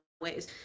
ways